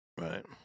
Right